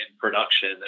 production